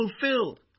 fulfilled